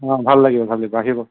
অঁ ভাল লাগিব ভাল লাগিব আহিব